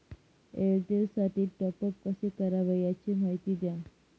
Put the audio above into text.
एअरटेलसाठी टॉपअप कसे करावे? याची माहिती द्या